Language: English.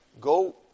go